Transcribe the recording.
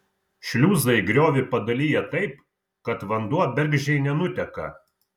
šliuzai griovį padalija taip kad vanduo bergždžiai nenuteka